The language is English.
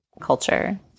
culture